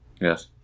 Yes